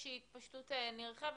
איזו שהיא התפשטות נרחבת.